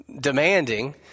demanding